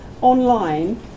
online